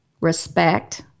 respect